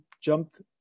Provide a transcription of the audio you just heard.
jumped